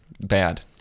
Bad